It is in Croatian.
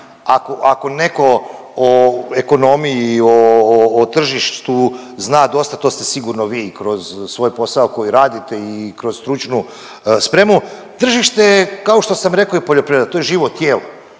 ako neko o ekonomiji i o tržištu zna dosta to ste sigurno vi kroz svoj posao koji radite i kroz stručnu spremu. Tržište je kao što sam rekao i poljoprivreda, to je živo tijelo.